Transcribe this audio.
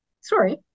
Sorry